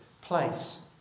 place